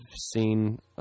seen